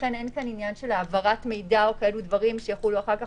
לכן אין כאן עניין של העברת מידע או כאלה דברים שיחולו אחר כך